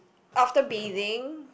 after bathing